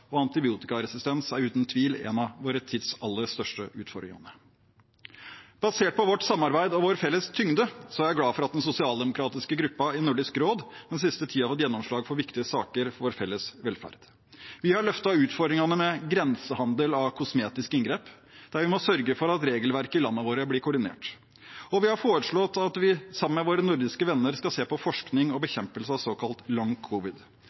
og antibiotikaresistens er uten tvil en av vår tids aller største utfordringer. Basert på vårt samarbeid og vår felles tyngde er jeg glad for at den sosialdemokratiske gruppen i Nordisk råd den siste tiden har fått gjennomslag for viktige saker for vår felles velferd. Vi har løftet utfordringene med grensehandel av kosmetiske inngrep, der vi må sørge for at regelverket i landene våre blir koordinert. Og vi har foreslått at vi sammen med våre nordiske venner skal se på forskning og bekjempelse av såkalt